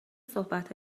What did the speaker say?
صحبت